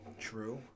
true